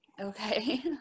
Okay